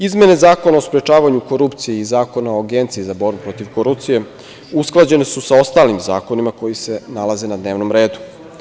Izmene Zakona o sprečavanju korupcije i Zakona o Agenciji za borbu protiv korupcije usklađene su sa ostalim zakonima koji se nalaze na dnevnom redu.